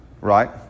Right